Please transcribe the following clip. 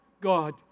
God